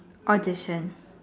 audition